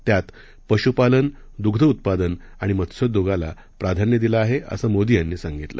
त्यात पशुपालन दुग्धउत्पादन आणि मत्स्योद्योगाला प्राधान्य दिलं आहे असं मोदी यांनी सांगितलं